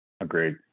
Agreed